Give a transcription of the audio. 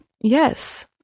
Yes